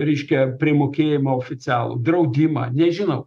reiškia primokėjimą oficialų draudimą nežinau